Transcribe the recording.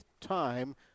time